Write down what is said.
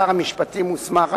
שר המשפטים מוסמך,